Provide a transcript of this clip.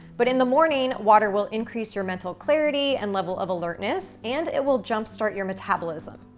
but in the morning, water will increase your mental clarity and level of alertness, and it will jump start your metabolism.